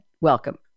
welcome